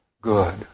good